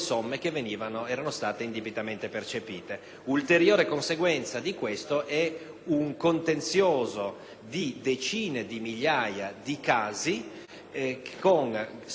un contenzioso di decine di migliaia di casi con spese da parte del contribuente e da parte dell'ente previdenziale ed